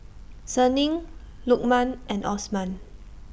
Senin Lukman and Osman